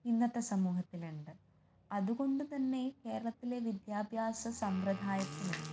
ഇന്നത്തെ സമൂഹത്തിലുണ്ട് അതുകൊണ്ട് തന്നെ കേരളത്തിലെ വിദ്യാഭ്യാസസമ്പ്രദായത്തിന്